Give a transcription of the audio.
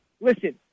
listen